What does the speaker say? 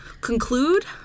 conclude